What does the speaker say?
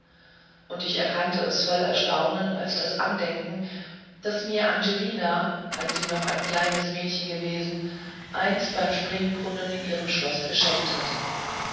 und ich erkannte es voll erstaunen als das andenken das mir angelina als sie noch ein kleines mädchen gewesen einst beim springbrunnen in ihrem schloß geschenkt hatte